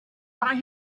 buy